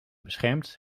beschermd